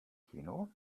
kino